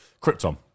Krypton